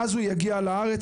ואז הוא יגיע לארץ.